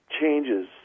changes